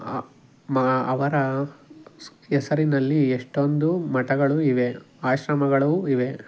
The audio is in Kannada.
ಮಾ ಅವರ ಸ್ ಹೆಸರಿನಲ್ಲಿ ಎಷ್ಟೊಂದು ಮಠಗಳು ಇವೆ ಆಶ್ರಮಗಳೂ ಇವೆ